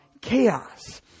chaos